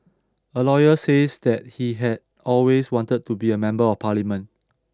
a lawyer says that he had always wanted to be a member of parliament